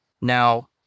Now